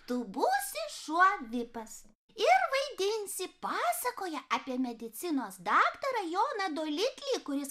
tu būsi šuo vipas ir vaidinsi pasakoje apie medicinos daktarą joną dolikį kuris